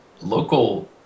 local